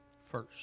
first